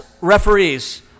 referees